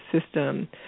system